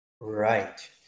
right